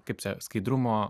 kaip skaidrumo